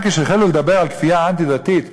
רק כשהחלו לדבר על כפייה אנטי-דתית בצבא,